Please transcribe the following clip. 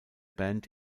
band